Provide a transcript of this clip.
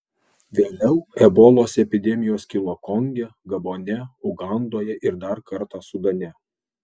vėliau ebolos epidemijos kilo konge gabone ugandoje ir dar kartą sudane